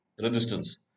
resistance